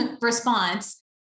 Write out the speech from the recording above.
response